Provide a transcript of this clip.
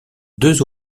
deux